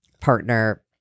partner